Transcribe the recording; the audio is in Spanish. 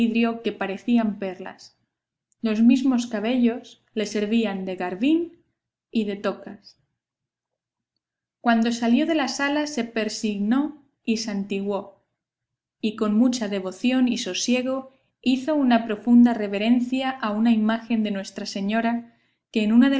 que parecían perlas los mismos cabellos le servían de garbín y de tocas cuando salió de la sala se persignó y santiguó y con mucha devoción y sosiego hizo una profunda reverencia a una imagen de nuestra señora que en una